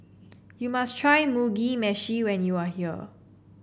you must try Mugi Meshi when you are here